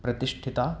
प्रतिष्ठिता